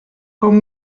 com